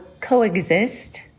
coexist